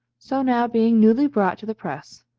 so now being newly brought to the press,